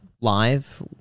live